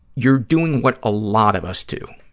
you're doing what a lot of us do,